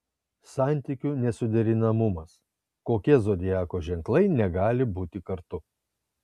santykių nesuderinamumas kokie zodiako ženklai negali būti kartu